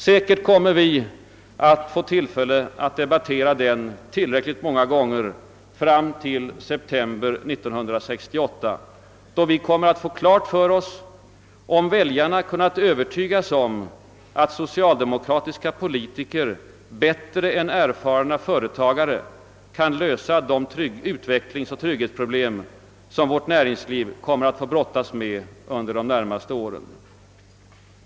Säkerligen kommer vi att få tillfälle att debattera den tillräckligt många gånger fram till september 1968, då vi kommer att få klart för oss om väljarna kunnat övertygas om att socialdemokratiska politiker bättre än erfarna företagare kan lösa de utvecklingsoch trygghetsproblem vårt näringsliv kommer att brottas med under de närmaste åren.